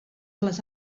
les